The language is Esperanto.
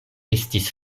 estis